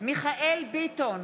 מיכאל מרדכי ביטון,